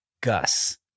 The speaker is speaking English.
gus